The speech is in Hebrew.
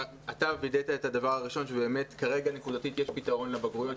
אתה וידאת את הדבר הראשון שבאמת כרגע נקודתית יש פתרון לבגרויות,